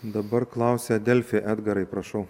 dabar klausia delfi edgarai prašau